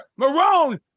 Marone